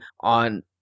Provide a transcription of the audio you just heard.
on